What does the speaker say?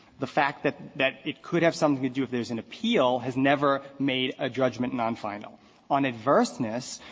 the fact that that it could have something to do if there's an appeal has never made a judgment nonfinal on adverseness,